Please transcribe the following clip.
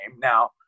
now